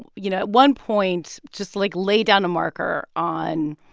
you know, at one point, just like lay down a marker on